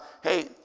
hey